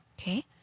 Okay